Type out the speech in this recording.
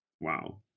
Wow